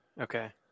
Okay